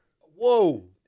Whoa